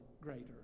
greater